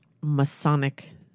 Masonic